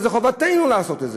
וזה חובתנו לעשות את זה.